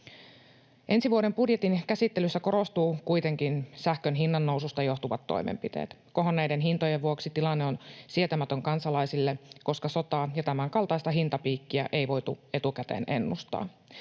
Ensi vuoden budjetin käsittelyssä korostuvat kuitenkin sähkön hinnannoususta johtuvat toimenpiteet. Kohonneiden hintojen vuoksi tilanne on sietämätön kansalaisille, koska sotaa ja tämänkaltaista hintapiikkiä ei voitu etukäteen ennustaa.